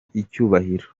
icyubahiro